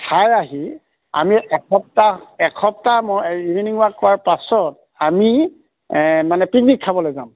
খাই আহি আমি এসপ্তাহ এসপ্তাহ মই এই ইভিনিং ৱাক কৰাৰ পাছত আমি মানে পিকনিক খাবলৈ যাম